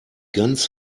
ganz